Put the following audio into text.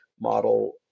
model